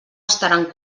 estaran